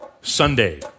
Sunday